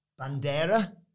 bandera